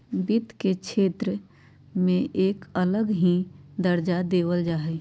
वित्त के क्षेत्र में वार्षिक के एक अलग ही दर्जा देवल जा हई